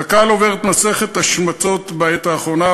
קק"ל עוברת מסכת השמצות בעת האחרונה,